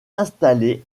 installer